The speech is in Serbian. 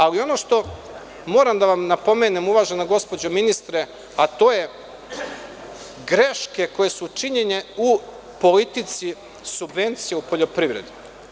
Ali, ono što moram da vam napomenem, uvažena gospođo ministre, a to je greške koje su činjene u politici subvencije u poljoprivredi.